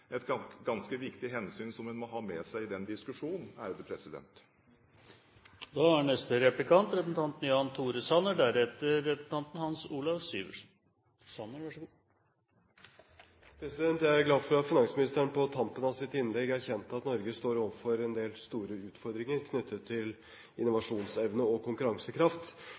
ganske viktig hensyn, som en må ha med seg i den diskusjonen. Jeg er glad for at finansministeren på tampen av sitt innlegg erkjente at Norge står overfor en del store utfordringer knyttet til innovasjonsevne og konkurransekraft.